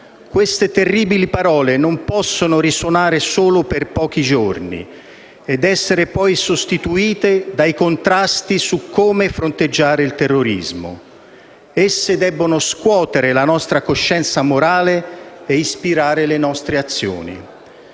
Queste terribili parole non possono risuonare solo per pochi giorni ed essere poi sostituite dai contrasti sul come fronteggiare il terrorismo. Esse debbono scuotere la nostra coscienza morale e ispirare le nostre azioni.